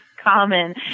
common